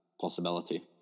possibility